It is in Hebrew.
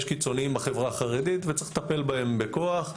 יש קיצוניים בחברה החרדית וצריך לטפל בהם בכוח.